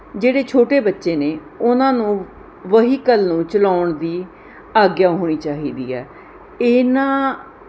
ਜਿਹੜੇ ਛੋਟੇ ਬੱਚੇ ਨੇ ਉਹਨਾਂ ਨੂੰ ਵਹੀਕਲ ਨੂੰ ਚਲਾਉਣ ਦੀ ਆਗਿਆ ਹੋਣੀ ਚਾਹੀਦੀ ਹੈ ਇਹਨਾਂ